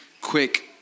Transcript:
quick